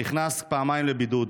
נכנס פעמיים לבידוד,